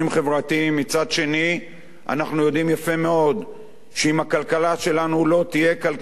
מצד שני אנחנו יודעים יפה מאוד שאם הכלכלה שלנו לא תהיה כלכלה יציבה,